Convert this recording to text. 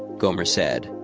gomer said,